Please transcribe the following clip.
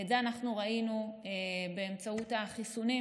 ואת זה ראינו באמצעות החיסונים.